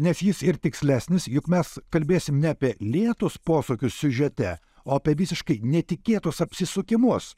nes jis ir tikslesnis juk mes kalbėsim ne apie lėtus posūkius siužete o apie visiškai netikėtus apsisukimus